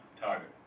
target